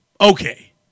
okay